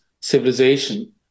civilization